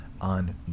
on